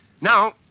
Now